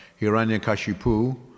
Hiranyakashipu